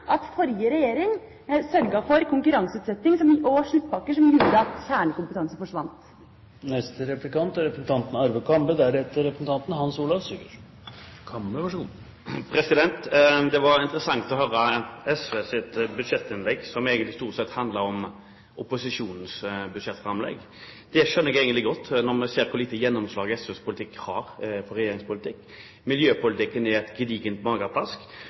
at forrige regjering sørget for konkurranseutsetting og sluttpakker som gjorde at kjernekompetanse forsvant. Det var interessant å høre SVs budsjettinnlegg, som egentlig stort sett handlet om opposisjonens budsjettframlegg. Det skjønner jeg egentlig godt når vi ser hvor lite gjennomslag SVs politikk har i regjeringens politikk. Miljøpolitikken er et gedigent mageplask,